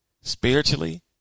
spiritually